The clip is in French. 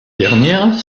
dernières